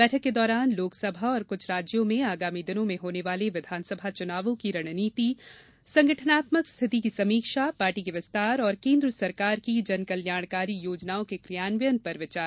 बैठक के दौरान लोकसभा और कुछ राज्यों में आगामी दिनों में होने वाले विधानसभा चुनावों की रणनीति संगठनात्मक स्थिति की समीक्षा पार्टी के विस्तार और केन्द्र सरकार की विकासमूलक तथा जनकल्याणकारी योजनाओं के कियान्वयन पर विचार किया जा रहा है